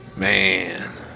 Man